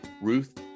Ruth